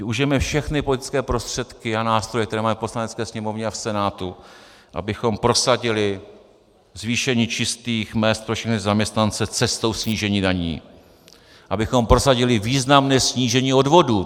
Využijeme všechny politické prostředky a nástroje, které máme v Poslanecké sněmovně a v Senátu, abychom prosadili zvýšení čistých mezd pro všechny zaměstnance cestou snížení daní, abychom prosadili významné snížení odvodů.